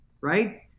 right